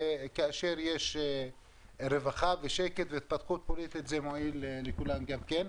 וכאשר יש רווחה ושקט זה מועיל לכולם גם כן.